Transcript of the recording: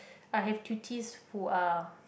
I have who are